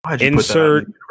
Insert